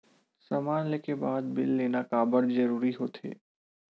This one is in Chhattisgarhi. समान ले के बाद बिल लेना काबर जरूरी होथे?